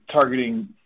targeting